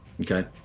Okay